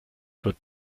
wird